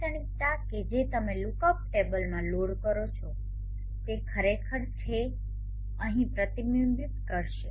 લાક્ષણિકતા કે જે તમે લુકઅપ ટેબલમાં લોડ કરો છો તે તે છે જે ખરેખર અહીં પ્રતિબિંબિત કરશે